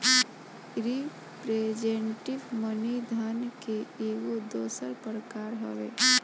representative money धन के एगो दोसर प्रकार हवे